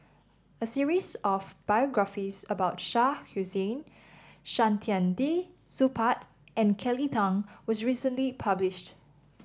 a series of biographies about Shah Hussain Saktiandi Supaat and Kelly Tang was recently published